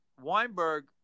Weinberg